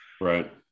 Right